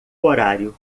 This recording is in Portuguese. horário